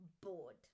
bored